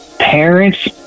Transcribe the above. parents